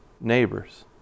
neighbors